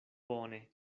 bone